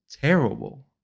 terrible